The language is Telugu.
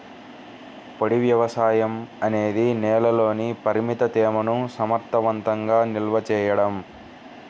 పొడి వ్యవసాయం అనేది నేలలోని పరిమిత తేమను సమర్థవంతంగా నిల్వ చేయడం